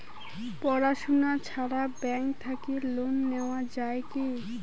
পড়াশুনা ছাড়া ব্যাংক থাকি লোন নেওয়া যায় কি?